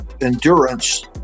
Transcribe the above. Endurance